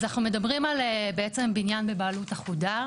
אז אנחנו מדברים על, בעצם, בניין בבעלות אחודה.